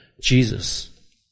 Jesus